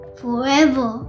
forever